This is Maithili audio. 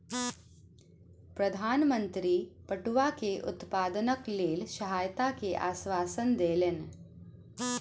प्रधान मंत्री पटुआ के उत्पादनक लेल सहायता के आश्वासन देलैन